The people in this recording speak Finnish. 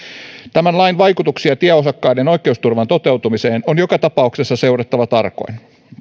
tämän lain vaikutuksia tieosakkaiden oikeusturvan toteutumiseen on joka tapauksessa seurattava tarkoin